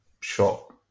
shot